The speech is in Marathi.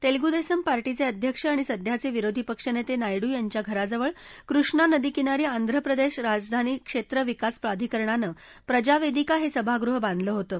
तेलगू देसम पार्टीचे अध्यक्ष आणि सध्याचे विरोधी पक्षनेते नायडू यांच्या घराजवळ कृष्णा नदी किनारी आंध्र प्रदेश राजधानी क्षेत्र विकास प्राधिकरणानं प्रजा वेदिका हे सभागृह बांधलं होतं